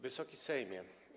Wysoki Sejmie!